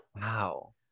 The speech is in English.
Wow